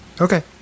Okay